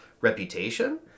reputation